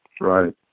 Right